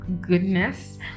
goodness